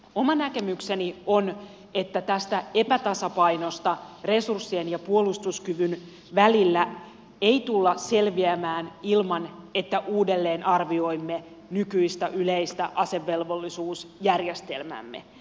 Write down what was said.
oma näkemykseni on että tästä epätasapainosta resurssien ja puolustuskyvyn välillä ei tulla selviämään ilman että uudelleen arvioimme nykyistä yleistä asevelvollisuusjärjestelmäämme